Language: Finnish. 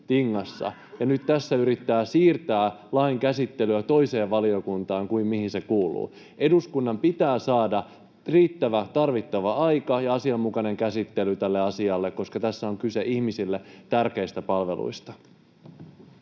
ja nyt tässä yrittää siirtää lain käsittelyä toiseen valiokuntaan kuin mihin se kuuluu. Eduskunnan pitää saada riittävä, tarvittava aika ja asianmukainen käsittely tälle asialle, koska tässä on kyse ihmisille tärkeistä palveluista.